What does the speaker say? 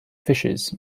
fishes